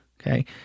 Okay